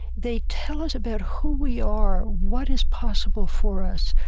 they tell us about who we are, what is possible for us,